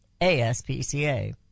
ASPCA